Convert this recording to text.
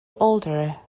older